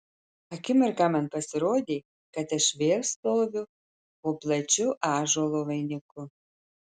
akimirką man pasirodė kad aš vėl stoviu po plačiu ąžuolo vainiku